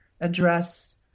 address